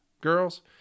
girls